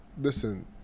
listen